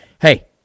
Hey